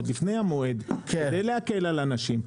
עוד לפני המועד כדי להקל על אנשים.